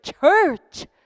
church